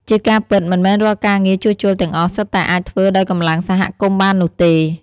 ជាការពិត មិនមែនរាល់ការងារជួសជុលទាំងអស់សុទ្ធតែអាចធ្វើដោយកម្លាំងសហគមន៍បាននោះទេ។